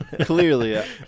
Clearly